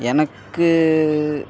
எனக்கு